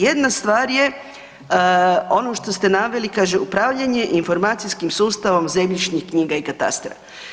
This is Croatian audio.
Jedna stvar je ono što ste naveli, kaže upravljanje informacijskim sustavom zemljišnih knjiga i katastra.